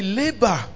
labor